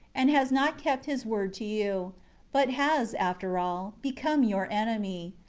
and has not kept his word to you but has, after all, become your enemy.